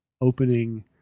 opening